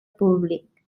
públic